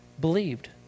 believed